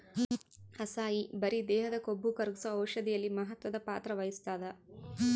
acai berry ದೇಹದ ಕೊಬ್ಬುಕರಗ್ಸೋ ಔಷಧಿಯಲ್ಲಿ ಮಹತ್ವದ ಪಾತ್ರ ವಹಿಸ್ತಾದ